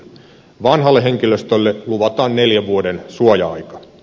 vanhalle henkilöstölle luvataan neljän vuoden suoja aika